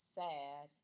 sad